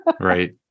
right